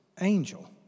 angel